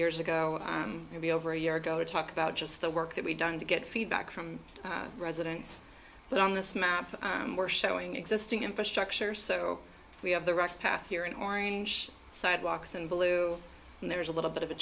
years ago maybe over a year ago to talk about just the work that we've done to get feedback from residents but on this map showing existing infrastructure so we have the right path here in orange sidewalks and blue and there's a little bit of a